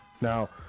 Now